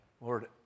Lord